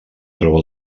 troba